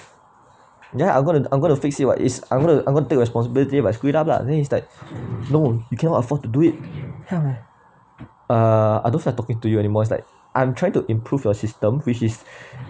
ya I'm gonna I'm gonna fix it [what] is I'm gonna I'm gonna take responsibility if I screw it up lah then it's like loan you cannot afford to do it uh I don't feel like talking to you anymore like I'm trying to improve your system which is